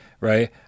right